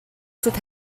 sydd